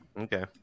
Okay